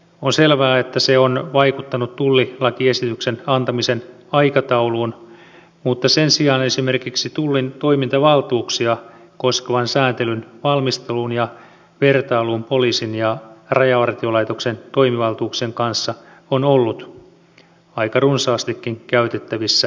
on selvää että se on vaikuttanut tullilakiesityksen antamisen aikatauluun mutta sen sijaan esimerkiksi tullin toimintavaltuuksia koskevan sääntelyn valmisteluun ja vertailuun poliisin ja rajavartiolaitoksen toimivaltuuksien kanssa on ollut aika runsaastikin aikaa käytettävissä